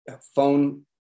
phone